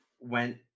went